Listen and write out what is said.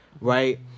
Right